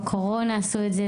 בקורונה עשו את זה,